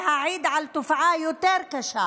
להעיד על תופעה עוד יותר קשה: